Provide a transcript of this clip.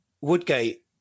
Woodgate